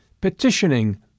petitioning